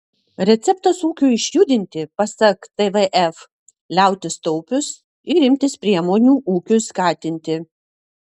receptas ūkiui išjudinti pasak tvf liautis taupius ir imtis priemonių ūkiui skatinti